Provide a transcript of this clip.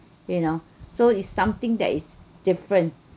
you know so is something that is different